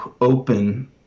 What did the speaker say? open